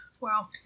wow